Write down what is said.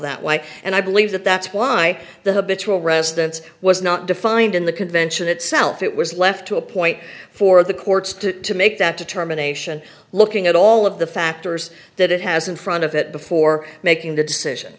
that way and i believe that that's why the habitual residence was not defined in the convention itself it was left to a point for the courts to make that determination looking at all of the factors that it has in front of it before making the decision